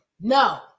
No